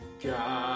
God